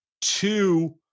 Two